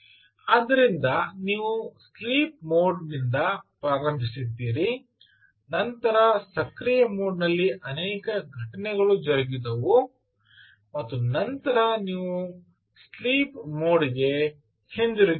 ಆದ್ದರಿಂದ ನೀವು sleep mode ನಿಂದ ಪ್ರಾರಂಭಿಸಿದ್ದೀರಿ ನಂತರ ಸಕ್ರಿಯ ಮೋಡ್ನಲ್ಲಿ ಅನೇಕ ಘಟನೆಗಳು ಜರುಗಿದವು ಮತ್ತು ನಂತರ ನೀವು ಸ್ಲೀಪ್ ಮೋಡ್ ಗೆ ಹಿಂತಿರುಗಿದ್ದೀರಿ